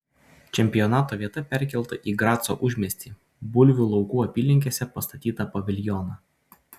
čempionato vieta perkelta į graco užmiestį bulvių laukų apylinkėse pastatytą paviljoną